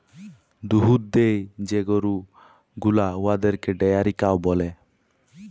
দুহুদ দেয় যে গরু গুলা উয়াদেরকে ডেয়ারি কাউ ব্যলে